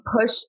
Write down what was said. push